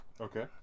Okay